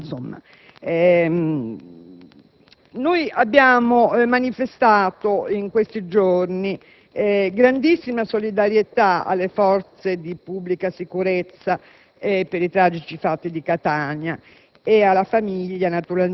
di attualità: abbiamo manifestato in questi giorni grandissima solidarietà alle forze di pubblica sicurezza per i tragici fatti di Catania